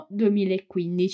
2015